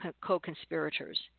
co-conspirators